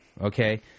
Okay